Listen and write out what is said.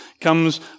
comes